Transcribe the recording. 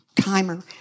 timer